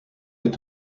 est